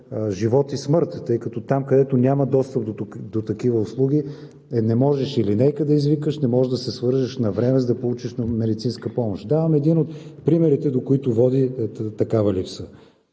живот и смърт, тъй като там, където няма достъп до такива услуги, не можеш и линейка да извикаш, не можеш да се свържеш навреме, за да получиш медицинска помощ. Давам един от примерите, до които води такава липса.